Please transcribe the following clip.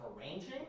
arranging